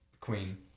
Queen